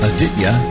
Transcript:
Aditya